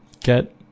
get